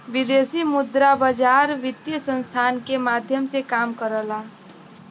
विदेशी मुद्रा बाजार वित्तीय संस्थान के माध्यम से काम करला